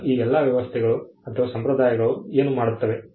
ಈಗ ಈ ಎಲ್ಲಾ ವ್ಯವಸ್ಥೆಗಳು ಅಥವಾ ಸಂಪ್ರದಾಯಗಳು ಏನು ಮಾಡುತ್ತವೆ